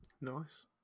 nice